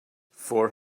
four